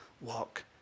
walk